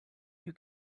you